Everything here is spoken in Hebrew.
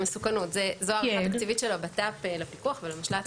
ההערכה התקציבית של המשרד לביטחון פנים לפיקוח ולמשל"ט.